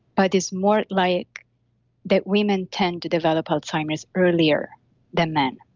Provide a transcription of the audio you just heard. but it's more like that women tend to develop alzheimer's earlier than man.